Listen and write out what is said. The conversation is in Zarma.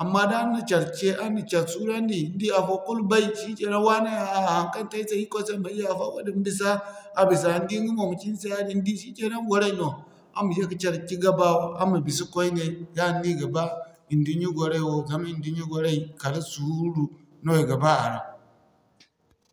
Amma da araŋ na care ce, araŋ ma care suurandi, ni di afo kulu bay shikenan waane haykante ni se Irikoy se ma ay yaafa wadin bisa, a bisa ni di ɲga mo ga ci ni se yaadin ni di shikenan gwaray no. Araŋ ma ye ka care cigaba araŋ ma bisa koyne yaadin no i ga ba idunya gwaray wo zama idunya gwaray kala suuru no i ga ba a ra.